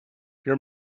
your